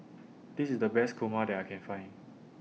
This IS The Best Kurma that I Can Find